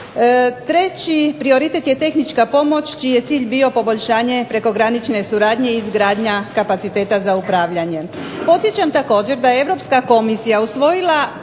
Treći prioritet je tehnička pomoć čiji je cilj bio poboljšanje prekogranične suradnje i izgradnja kapaciteta za upravljanje. Podsjećam također da je Europska komisija usvojila